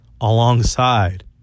alongside